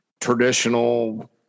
traditional